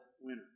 winner